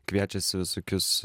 kviečiasi visokius